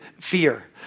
fear